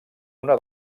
una